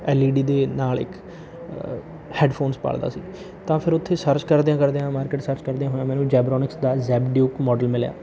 L E D ਦੇ ਨਾਲ ਇੱਕ ਹੈੱਡਫ਼ੋਨਸ ਭਾਲਦਾ ਸੀ ਤਾਂ ਫੇਰ ਓਥੇ ਸਰਚ ਕਰਦਿਆਂ ਕਰਦਿਆਂ ਮਾਰਕੀਟ ਸਰਚ ਕਰਦਿਆਂ ਹੋਇਆ ਮੈਨੂੰ ਜਾਬਰੋਨਿਕਸ ਦਾ ਜ਼ੈੱਬ ਡੀਊਕ ਮੋਡਲ ਮਿਲਿਆ